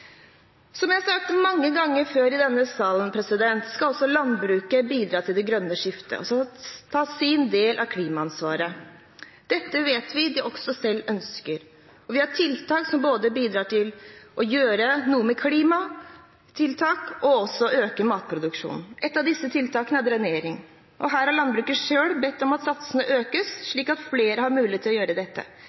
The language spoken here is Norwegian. Som jeg har sagt mange ganger før i denne sal, skal også landbruket bidra til det grønne skiftet og ta sin del av klimaansvaret. Dette vet vi at de også selv ønsker, og vi har både klimatiltak og tiltak som bidrar til å øke matproduksjonen. Et av disse tiltakene er drenering, og her har landbruket selv bedt om at satsene økes, slik at flere har mulighet til å gjøre dette.